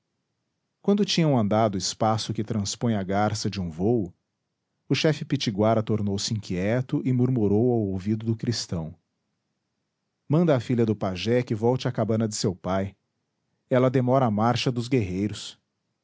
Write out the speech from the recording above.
quando tinham andado o espaço que transpõe a garça de um vôo o chefe pitiguara tornou-se inquieto e murmurou ao ouvido do cristão manda à filha do pajé que volte à cabana de seu pai ela demora a marcha dos guerreiros